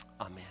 Amen